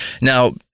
Now